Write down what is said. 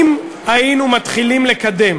אם היינו מתחילים לקדם